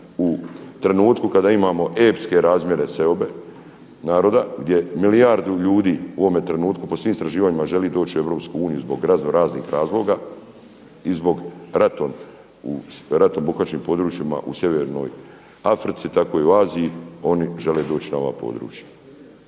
u trenutku kada imamo epske razmjere seobe naroda gdje milijardu ljudi u ovome trenutku po svim istraživanjima želi doći u EU zbog razno raznih razloga i zbog ratom obuhvaćenim područjima u sjevernoj Africi, tako i u Aziji oni žele doći na ova područja.